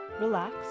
relax